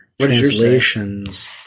translations